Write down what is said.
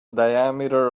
diameter